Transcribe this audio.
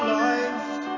life